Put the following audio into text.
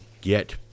get